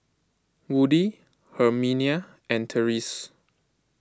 Woody Herminia and Terese